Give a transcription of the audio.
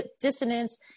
dissonance